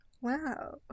Wow